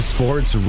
Sports